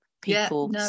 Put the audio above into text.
people